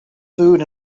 food